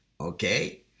Okay